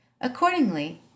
Accordingly